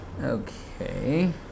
Okay